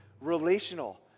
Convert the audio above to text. relational